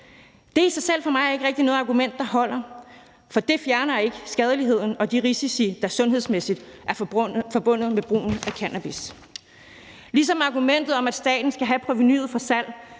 er i sig selv for mig ikke rigtig noget argument, der holder, for det fjerner ikke skadeligheden og de risici, der sundhedsmæssigt er forbundet med brugen af cannabis. Det samme gælder argumentet om, at staten skal have provenuet fra salget.